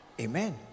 Amen